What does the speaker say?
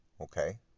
Okay